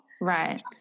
Right